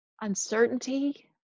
uncertainty